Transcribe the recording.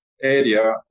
area